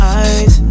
eyes